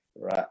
right